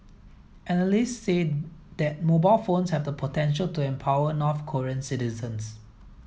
analysts say that mobile phones have the potential to empower North Korean citizens